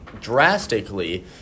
drastically